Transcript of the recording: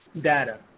data